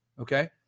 Okay